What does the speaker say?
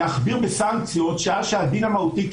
להכביר בסנקציות שעה שהדין המהותי,